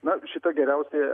na šiąo geriausiai